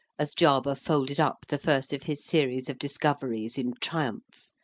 as jarber folded up the first of his series of discoveries in triumph.